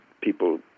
people